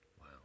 Wow